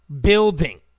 building